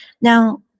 Now